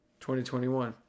2021